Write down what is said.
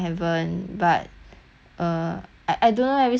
uh I I don't know like recently I saw another person they post